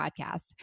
podcast